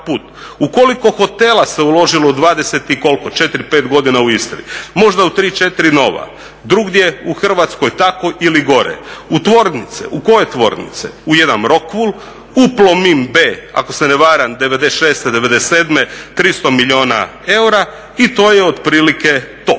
U koliko hotela se uložilo u 24, 25 godina u Istri? Možda u 3, 4 nova. Drugdje u Hrvatskoj tako ili gore. U tvornice? U koje tvornice? U jedan Rockwool, u Plomin B ako se ne varam '96., '97. 300 milijuna eura i to je otprilike to.